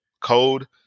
code